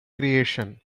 creation